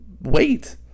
wait